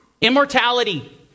Immortality